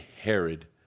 Herod